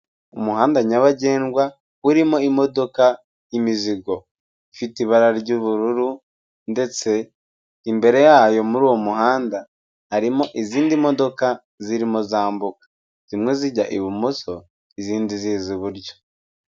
Umuhanda nyabagendwa urimo imodoka y'imizigo. Ifite ibara ry'ubururu ndetse imbere yayo muri uwo muhanda harimo izindi modoka zirimo zambuka. Zimwe zijya ibumoso, izindi ziza iburyo.